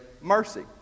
mercy